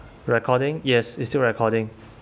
recording yes is still recording